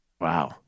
Wow